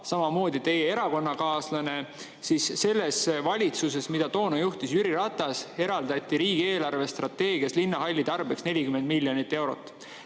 samamoodi teie erakonnakaaslane, oli selles valitsuses, mida toona juhtis Jüri Ratas. Siis eraldati riigi eelarvestrateegias linnahalli tarbeks 40 miljonit eurot.